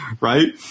right